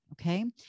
Okay